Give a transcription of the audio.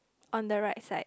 on the right side